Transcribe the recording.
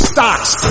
Stocks